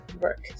work